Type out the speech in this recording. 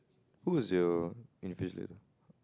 who was your invigilator